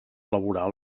laboral